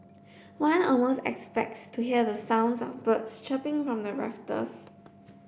one almost expects to hear the sounds of birds chirping from the rafters